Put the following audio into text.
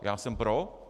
Já jsem pro.